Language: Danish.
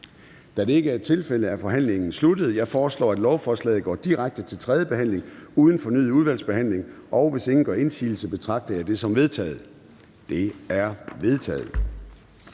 Da det ikke er tilfældet, er forhandlingen sluttet. Jeg foreslår, at lovforslaget går direkte til tredje behandling uden fornyet udvalgsbehandling. Hvis ingen gør indsigelse, betragter jeg dette som vedtaget. Det er vedtaget.